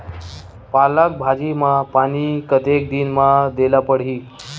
पालक भाजी म पानी कतेक दिन म देला पढ़ही?